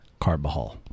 Carbajal